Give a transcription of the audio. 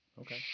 Okay